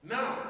Now